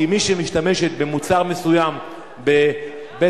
כי מי שמשתמשת במוצר מסוים בבית-החולים,